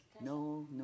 no